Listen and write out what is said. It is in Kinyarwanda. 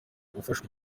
gufasha